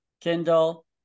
Kindle